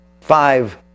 Five